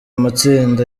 amatsinda